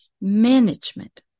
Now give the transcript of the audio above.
management